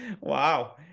Wow